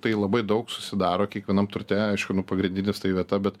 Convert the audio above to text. tai labai daug susidaro kiekvienam turte aišku nu pagrindinis tai vieta bet